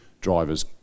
drivers